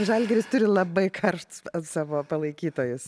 žalgiris turi labai karštus savo palaikytojas